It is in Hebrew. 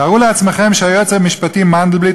תארו לעצמכם שהיועץ המשפטי מנדלבליט